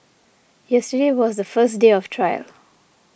yesterday was the first day of trial